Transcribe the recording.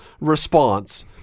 response